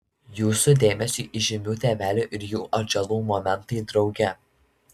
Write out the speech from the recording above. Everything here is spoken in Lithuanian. jūsų dėmesiui įžymių tėvelių ir jų atžalų momentai drauge